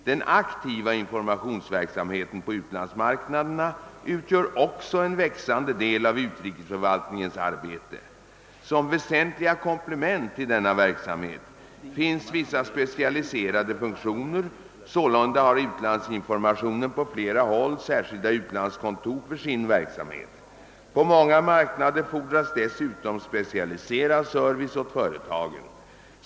Den aktiva informationsverksamheten på utlandsmarknaderna utgör också en växande del av utrikesförvaltningens arbete. Som väsentliga komplement till denna verksamhet finns vissa specialiserade funktioner. Sålunda har utlandsinformationen på flera håll särskilda utlandskontor för sin verksamhet. På många marknader fordras dessutom specialiserad service åt företagen.